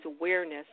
awareness